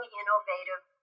innovative